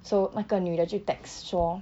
so 那个女的就 text 说